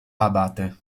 abate